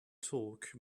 talk